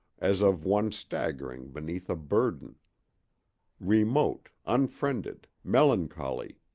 as of one staggering beneath a burden remote, unfriended, melancholy,